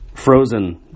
frozen